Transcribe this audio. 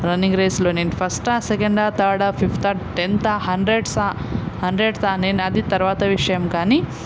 running రేస్లో నేను ఫస్టా సెకండా థర్డా ఫిఫ్తా టెంతా హండ్రెడ్సా హండ్రెడ్తా నేను అది తర్వాత విషయం కానీ